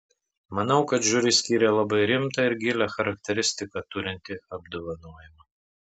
manau kad žiuri skyrė labai rimtą ir gilią charakteristiką turintį apdovanojimą